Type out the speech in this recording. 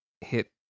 hit